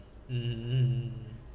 mmhmm mmhmm